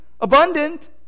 abundant